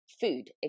food